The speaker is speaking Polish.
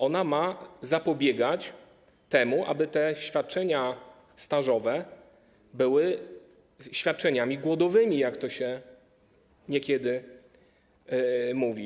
Ona ma zapobiegać temu, aby te świadczenia stażowe nie były świadczeniami głodowymi, jak to się niekiedy mówi.